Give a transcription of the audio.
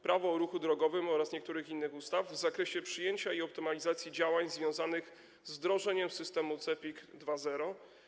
Prawo o ruchu drogowym oraz niektórych innych ustaw w zakresie przyjęcia i optymalizacji działań związanych z wdrożeniem systemu CEPiK 2.0.